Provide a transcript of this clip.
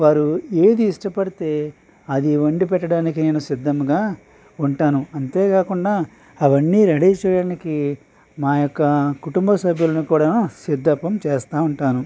వారు ఏది ఇష్టపడితే అది వండి పెట్టడానికి నేను సిద్ధముగా ఉంటాను అంతేకాకుండా అవన్నీ రెడీ చేయడానికి మాయొక్క కుటుంబ సభ్యులని కూడాను సిద్ధం చేస్తూ ఉంటాను